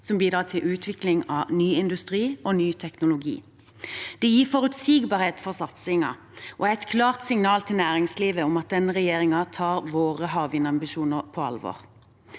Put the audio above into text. som bidrar til utvikling av ny industri og ny teknologi. Det gir forutsigbarhet for satsingen og er et klart signal til næringslivet om at denne regjeringen tar våre havvindambisjoner på alvor.